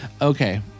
Okay